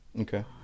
Okay